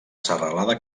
serralada